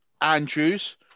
Andrews